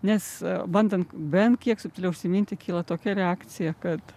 nes bandant bent kiek subtiliau užsiminti kyla tokia reakcija kad